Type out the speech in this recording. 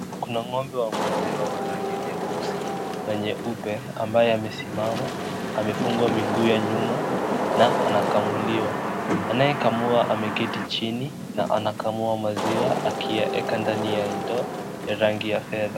Kuna ngombe wa maziwa wa rangi nyeusi na nyeupe ambaye amesimama , amefungwa miguu ya nyuma, na anakamuliwa. Anayekamua ameketi chini na anakamua maziwa ya ndoo, rangi ya rangi yta fedha.